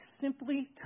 simply